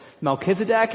Melchizedek